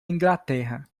inglaterra